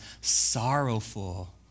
sorrowful